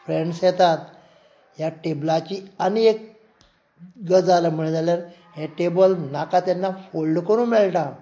friends येतात ह्या टेबलाची आनी एक गजाल म्हणली जाल्यार हें टेबल नाका तेन्ना फोल्ड करूंक मेळटा